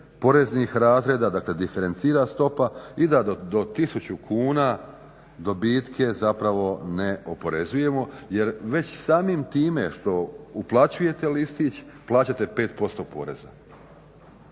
poreznih razreda, dakle diferencira stopa i da do 1000 kuna dobitke zapravo ne oporezujemo jer već samim time što uplaćujete listić plaćate 5% poreza.